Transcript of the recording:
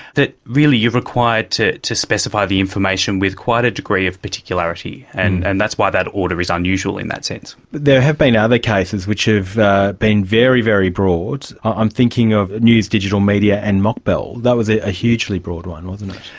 that really you're required to to specify the information with quite a degree of particularity. and and that's that's why that order is unusual in that sense. but there have been other cases which have been very, very broad. i'm thinking of news digital media and mokbel. that was a a hugely broad one, wasn't it?